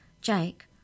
Jake